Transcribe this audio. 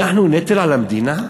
אנחנו נטל על המדינה?